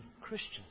Christians